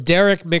Derek